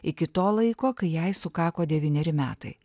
iki to laiko kai jai sukako devyneri metai